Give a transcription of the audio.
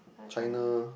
China